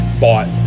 bought